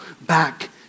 back